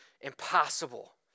impossible